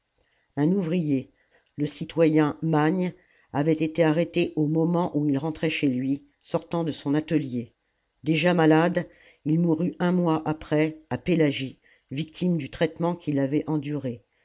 un ouvrier le citoyen magne avait été arrêté au moment où il rentrait chez lui sortant de son atelier déjà malade il mourut un mois après à pélagie victime du traitement qu'il avait enduré